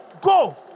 go